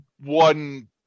one